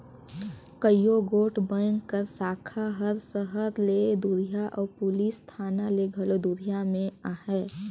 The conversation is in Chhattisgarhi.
कइयो गोट बेंक कर साखा हर सहर ले दुरिहां अउ पुलिस थाना ले घलो दुरिहां में अहे